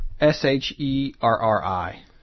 S-H-E-R-R-I